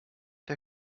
der